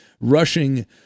rushing